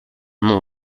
non